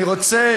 אני רוצה,